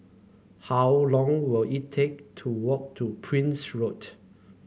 how long will it take to walk to Prince Road